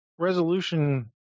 resolution